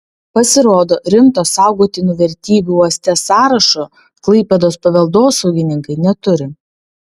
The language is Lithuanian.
pasirodo rimto saugotinų vertybių uoste sąrašo klaipėdos paveldosaugininkai neturi